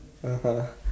(uh huh)